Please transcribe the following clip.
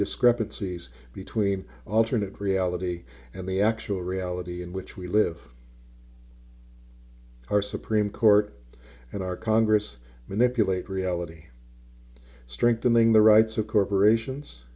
discrepancies between alternate reality and the actual reality in which we live our supreme court and our congress manipulate reality strengthening the rights of corporations